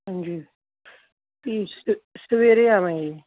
ਹਾਂਜੀ ਸਵੇਰੇ ਆਵਾਂਗੇ